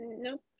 Nope